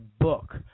book